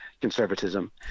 conservatism